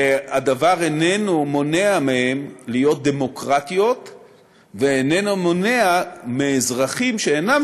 והדבר איננו מונע מהן להיות דמוקרטיות ואיננו מונע מאזרחים שאינם